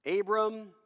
Abram